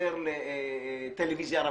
להתחבר לטלוויזיה רב-ערוצית,